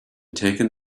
taken